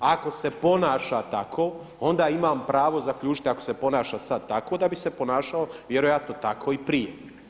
Ako se ponaša tako onda imam pravo zaključiti ako se ponaša sada tako da bi se ponašao vjerojatno tako i prije.